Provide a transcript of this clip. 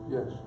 Yes